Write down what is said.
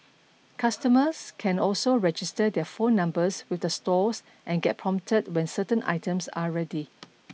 customers can also register their phone numbers with the stores and get prompted when certain items are ready